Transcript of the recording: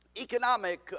economic